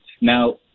Now